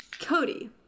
Cody